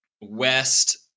west